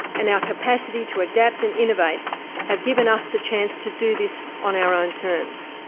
and our capacity to adapt and innovate have given us the chance to do this on our own terms.